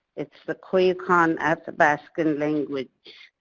it's the koyukon athabascan language.